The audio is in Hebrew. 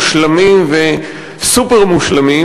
מושלמים וסופר-מושלמים,